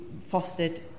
fostered